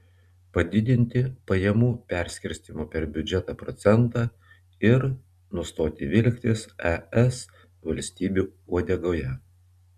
padidinti pajamų perskirstymo per biudžetą procentą ir nustoti vilktis es valstybių uodegoje